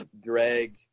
drag